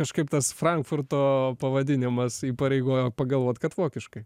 kažkaip tas frankfurto pavadinimas įpareigoja pagalvot kad vokiškai